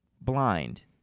blind